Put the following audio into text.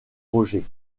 roger